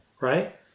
right